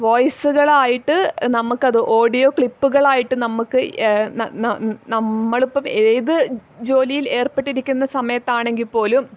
വോയ്സുകളായിട്ട് നമ്മൾക്കത് ഓഡിയോ ക്ലിപ്പുകളായിട്ട് നമ്മൾക്ക് നമ്മളിപ്പം ഏത് ജോലിയിൽ ഏർപ്പെട്ടിരിക്കുന്ന സമയത്താണെങ്കിൽ പോലും